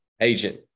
agent